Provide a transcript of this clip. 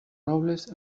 robles